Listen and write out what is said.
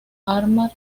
amar